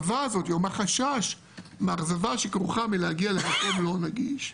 מהחשש הזה מאכזבה שכרוכה בלהגיע למקום לא נגיש,